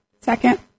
Second